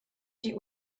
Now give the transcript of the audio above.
die